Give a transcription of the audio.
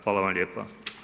Hvala vam lijepa.